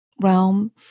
realm